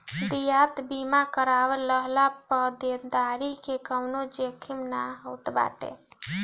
देयता बीमा करवा लेहला पअ देनदारी के कवनो जोखिम नाइ होत बाटे